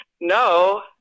no